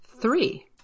three